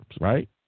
right